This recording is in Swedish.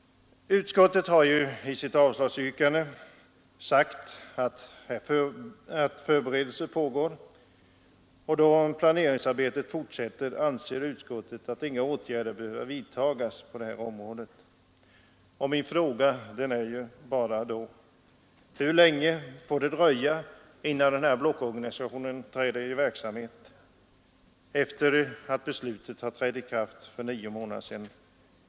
Utskottet har i sitt avslagsyrkande sagt att förberedelse pågår, och då planeringsarbetet fortskrider anser utskottet att inga åtgärder behöver vidtas på detta område. Min fråga är då bara: Hur länge får det dröja innan denna blockorganisation träder i verksamhet efter det att beslutet trädde i kraft för nio månader sedan?